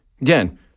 Again